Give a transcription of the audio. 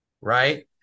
right